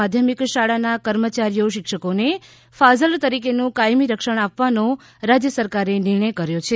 માધ્યમિક શાળાના કર્મચારીઓ શિક્ષકોને ફાજલ તરીકેનુ કાયમી રક્ષણ આપવાનો રાજય સરકારે નિર્ણય કર્યો છે